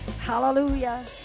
Hallelujah